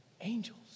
Angels